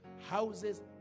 houses